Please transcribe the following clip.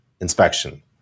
inspection